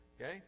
okay